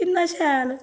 इन्ना शैल